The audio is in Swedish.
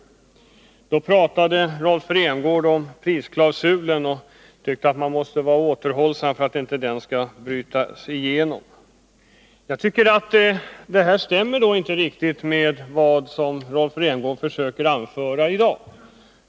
Vid det tillfället talade Rolf Rämgård om prisklausulen och tyckte att man måste vara återhållsam för att inte den skall utlösas. Det stämmer inte med det som Rolf Rämgård anför i dag.